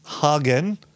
Hagen